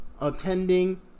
attending